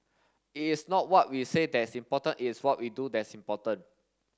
it is not what we say that's important it's what we do that's important